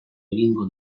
egingo